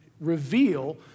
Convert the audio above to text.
reveal